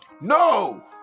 no